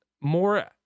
more